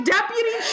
Deputy